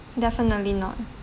definitely not